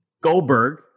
Goldberg